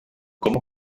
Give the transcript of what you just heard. com